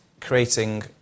creating